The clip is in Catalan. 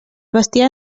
bestiar